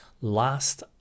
last